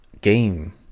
game